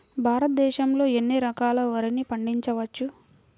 భారతదేశంలో ఎన్ని రకాల వరిని పండించవచ్చు